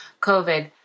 COVID